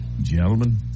gentlemen